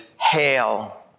hail